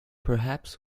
perhaps